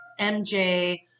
MJ